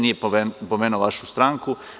Nije pomenuo vašu stranku.